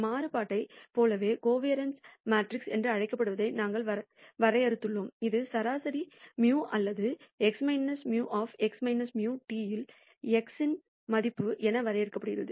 மாறுபாட்டைப் போலவே covariance matrix என்று அழைக்கப்படுவதை நாங்கள் வரையறுத்துள்ளோம் இது சராசரி μ அல்லது x μ x μ T இல் x இன் எதிர்பார்ப்பு என வரையறுக்கப்படுகிறது